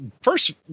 first